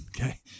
Okay